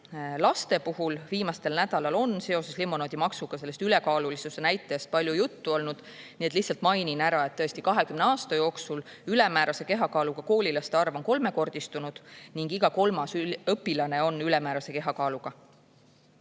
Laste puhul on viimastel nädalatel seoses limonaadimaksuga sellest ülekaalulisuse näitajast palju juttu olnud. Lihtsalt mainin ära, et tõesti, 20 aasta jooksul on ülemäärase kehakaaluga koolilaste arv kolmekordistunud ning iga kolmas õpilane on ülemäärase kehakaaluga.